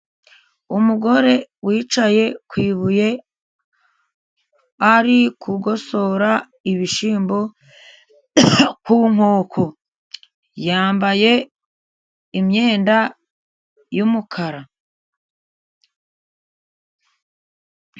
Umugore wicaye ku ibuye ari kugosora ibishyimbo ku nkoko, yambaye imyenda y'umukara.